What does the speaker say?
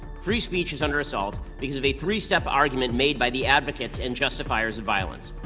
free speech is under assault because of a three step argument made by the advocates and justifiers of violence.